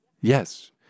Yes